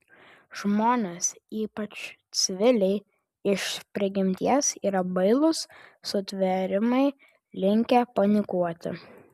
žmonės ypač civiliai iš prigimties yra bailūs sutvėrimai linkę panikuoti